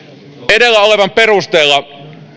edellä olevan perusteella